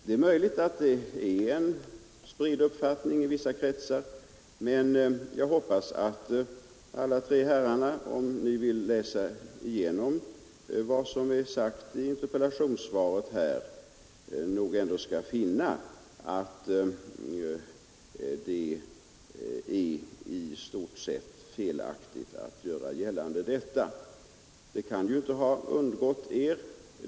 Det är möjligt att det är en spridd uppfattning i vissa kretsar, men jag hoppas att alla tre herrarna, om ni vill läsa igenom vad som är sagt i interpellationssvaret, ändå skall finna att det är i stort sett felaktigt att göra gällande att det förhåller sig på detta sätt.